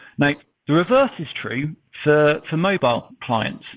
like the reverse is true for for mobile clients.